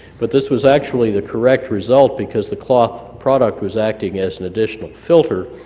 but this was actually the correct result because the cloth product was acting as an additional filter,